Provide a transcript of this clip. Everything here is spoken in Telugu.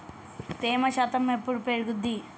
తేమ శాతం ఎప్పుడు పెరుగుద్ది?